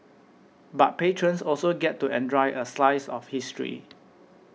but patrons also get to enjoy a slice of history